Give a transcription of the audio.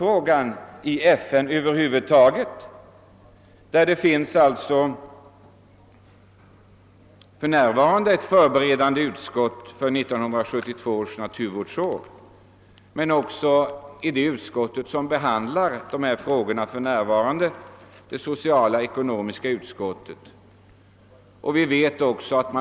Man kan vidare rent allmänt ta upp frågan i FN, där det finns ett utskott för förberedande behandling av 1972 års naturvårdsfrågor liksom ett permanent utskott, det sociala och ekonomiska utskottet, som har dessa frågor på sitt program.